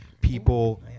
people